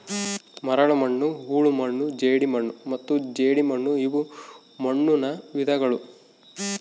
ಮರಳುಮಣ್ಣು ಹೂಳುಮಣ್ಣು ಜೇಡಿಮಣ್ಣು ಮತ್ತು ಜೇಡಿಮಣ್ಣುಇವು ಮಣ್ಣುನ ವಿಧಗಳು